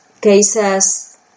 cases